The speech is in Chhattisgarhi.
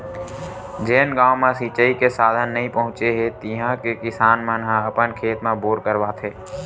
जेन गाँव म सिचई के साधन नइ पहुचे हे तिहा के किसान मन ह अपन खेत म बोर करवाथे